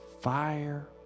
Fire